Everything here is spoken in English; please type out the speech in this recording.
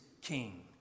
King